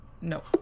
no